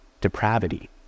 depravity